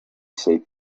said